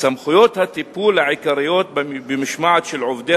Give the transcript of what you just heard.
סמכויות הטיפול העיקריות במשמעת של עובדי